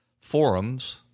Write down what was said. forums